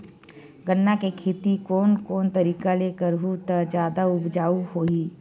गन्ना के खेती कोन कोन तरीका ले करहु त जादा उपजाऊ होही?